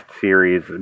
Series